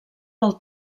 del